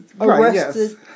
arrested